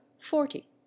forty